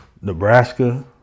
Nebraska